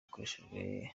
yakoreshejwe